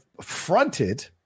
fronted